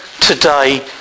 today